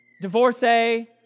divorcee